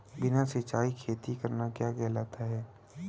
बिना सिंचाई खेती करना क्या कहलाता है?